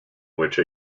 which